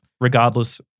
Regardless